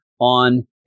on